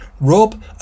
Rob